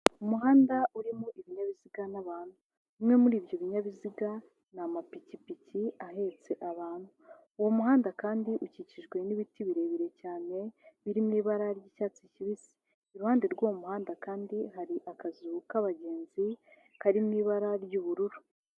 Umuhanda urimo ibinyabiziga n'abantu, bimwe muri ibyo binyabiziga ni amapikipiki ahetse abantu. Uwo muhanda kandi ukikijwe n'ibiti birebire cyane biririmo ibara ry'icyatsi kibisi, iruhande rw'uwo muhanda kandi hari akazu k'abagenzi kari mu ibara ry'ubururu.